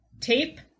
tape